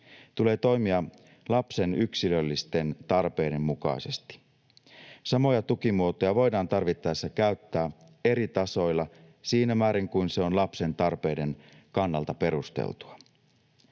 tulee toimia lapsen yksilöllisten tarpeiden mukaisesti. Samoja tukimuotoja voidaan tarvittaessa käyttää eri tasoilla siinä määrin kuin se on lapsen tarpeiden kannalta perusteltua.